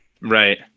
right